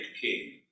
king